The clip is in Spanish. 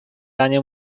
año